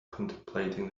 contemplating